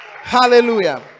Hallelujah